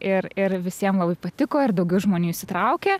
ir ir visiem labai patiko ir daugiau žmonių įsitraukė